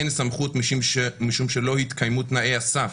אין סמכות משום שלא התקיימו תנאי הסף,